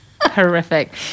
horrific